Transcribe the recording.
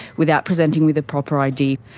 without presenting with a proper id,